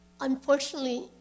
Unfortunately